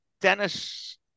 Dennis